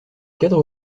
cadre